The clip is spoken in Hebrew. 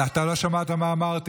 אתה לא שמעת מה אמרתי.